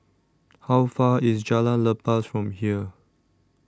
How Far away IS Jalan Lepas from here